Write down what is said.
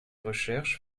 recherches